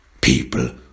people